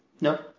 No